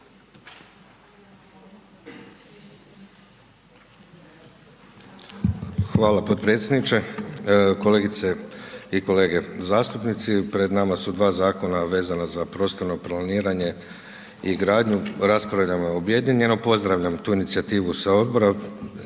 Hvala podpredsjedniče, kolegice i kolege zastupnici. Pred nama su dva Zakona vezana za prostorno planiranje i gradnju, rasprava nam je objedinjena, pozdravljam tu inicijativu sa Odbora,